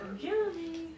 Jeremy